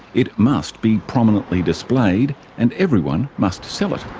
it must be prominently displayed and everyone must sell it.